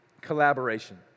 collaboration